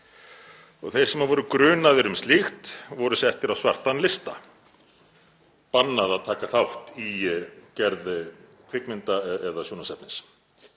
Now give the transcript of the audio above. Þeir sem voru grunaðir um slíkt voru settir á svartan lista, bannað að taka þátt í gerð kvikmynda eða sjónvarpsefnis.